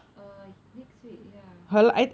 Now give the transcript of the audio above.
uh next week ya